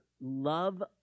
love